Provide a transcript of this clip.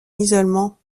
isolement